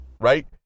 right